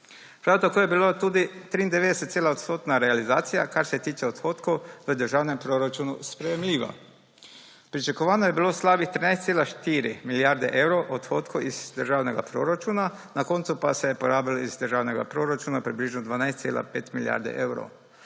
Prav tako je bila tudi 93-odstotna realizacija, kar se tiče odhodkov v državnem proračunu, sprejemljiva. Pričakovano je bilo slabih 13,4 milijarde evrov odhodkov iz državnega proračuna, na koncu pa se je porabilo iz državnega proračuna približno 12,5 milijarde evrov.